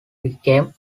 became